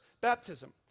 baptism